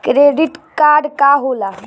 Credit card का होला?